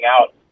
out